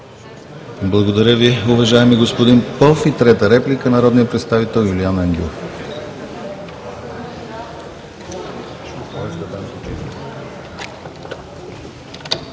Благодаря Ви, уважаеми господин Попов. Трета реплика – народният представител Юлиан Ангелов.